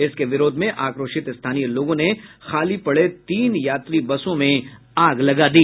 इसके विरोध में आक्रोशित स्थानीय लोगों ने खाली पड़े तीन यात्री बसों में आग लगा दी